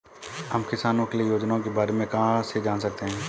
हम किसानों के लिए योजनाओं के बारे में कहाँ से जान सकते हैं?